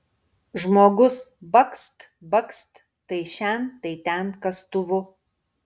žmogus bakst bakst tai šen tai ten kastuvu